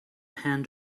hand